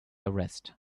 arrest